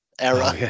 era